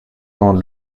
dans